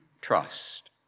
trust